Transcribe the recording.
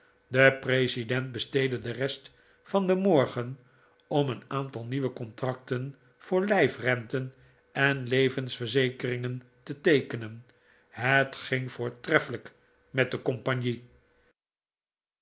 de president besteedde de rest van den morgen om een aantal nieuwe contracten voor lijfrenten en levensverzekeringen te teekenen het ging voortreffelijk met de compagnie